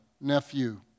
nephew